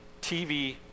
TV